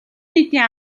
нийтийн